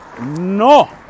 no